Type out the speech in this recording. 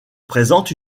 présente